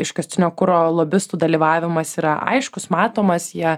iškastinio kuro lobistų dalyvavimas yra aiškus matomas jie